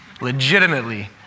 legitimately